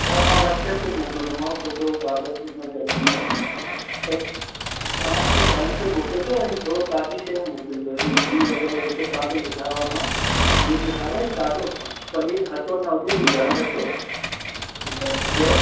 हा मां वट्सैप ते मोकिलंदोमांव छोकिरो उहो काॻर बि हुन जे हथ में आ्हे बसि तव्हां मूंखे टाइम ते मोकिलिजो ऐं ई थोरो ताज़ी शयूं मोकिलिजो इहे गिह वग़ैरह जेको तव्हांखे लिखायो आहे मां खीर लिखायो इहो ताज़ो पनीर खटो न हुजे इहो ध्यानु रखिजो ठकु आहे जय